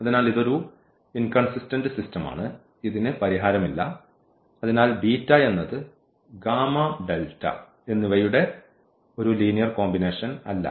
അതിനാൽ ഇതൊരു ഇൻകൺസിസ്റ്റന്റ് സിസ്റ്റമാണ് ഇതിന് പരിഹാരമില്ല അതിനാൽ എന്നത് എന്നിവയുടെ ഒരു ലീനിയർ കോമ്പിനേഷൻ അല്ല